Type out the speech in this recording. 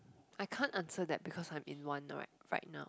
I can't answer that because I am in one right right now